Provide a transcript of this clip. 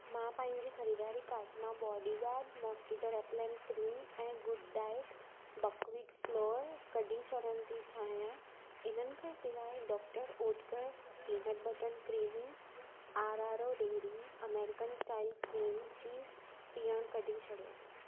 मां पंहिंजी ख़रीदारी काट मां बॉडीगार्ड मोस्कीटो रैप्लैंट क्रीम ऐं गुड डाइट बकव्हीट फ़्लॉर कढी छॾण थी चाहियां इन्हनि खां सवाइ doctor Oetker peanut butter creamy R R O dairy अमेरिकनि स्टाइल क्रीम चीज़ पीअण कढी छॾियो